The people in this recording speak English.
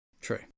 True